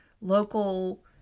local